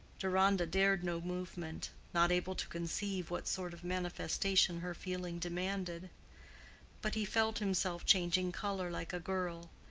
deronda dared no movement, not able to conceive what sort of manifestation her feeling demanded but he felt himself changing color like a girl,